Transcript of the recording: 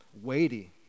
weighty